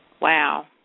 Wow